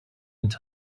got